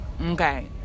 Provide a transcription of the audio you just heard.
Okay